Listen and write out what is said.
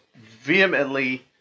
vehemently